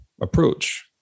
approach